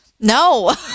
No